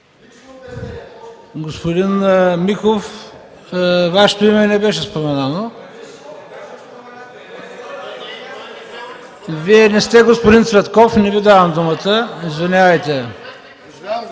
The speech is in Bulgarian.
Господин Михов, Вашето име не беше споменато. (Шум, реплики.) Вие не сте господин Цветков, не Ви давам думата, извинявайте.